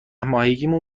ماهگیمون